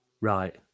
Right